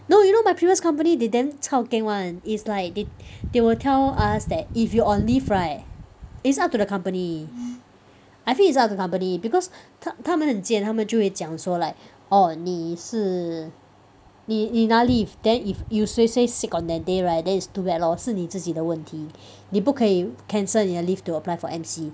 no you know my previous company they damn chao keng [one] it's like they they will tell us that if you on leave right it's up to the company I think it's up to the company because 他他们很贱他们就会讲说 like orh 你是你你拿 leave then if you suay suay sick on that day right then it's too bad lor 是你自己的问题你不可以 cancel 你的 leave to apply for M_C